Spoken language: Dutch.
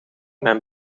mijn